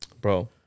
Bro